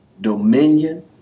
dominion